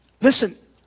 Listen